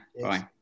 Bye